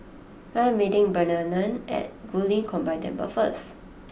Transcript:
I am meeting Bernarnen at Guilin Combined Temple first